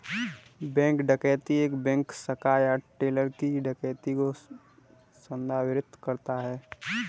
bank डकैती एक bank शाखा या टेलर की डकैती को संदर्भित करता है